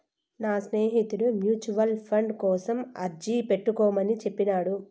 నా స్నేహితుడు mutual fund కోసం అర్జీ పెట్టుకోమని చెప్పినాడు